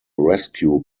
rescue